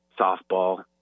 softball